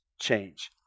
change